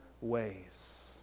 ways